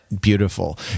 beautiful